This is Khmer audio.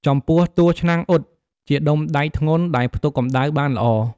ចំពោះ តួឆ្នាំងអ៊ុត ជាដុំដែកធ្ងន់ដែលផ្ទុកកម្ដៅបានល្អ។